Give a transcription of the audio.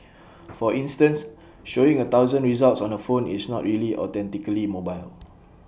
for instance showing A thousand results on A phone is not really authentically mobile